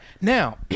Now